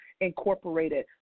Incorporated